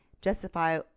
justify